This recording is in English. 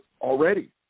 already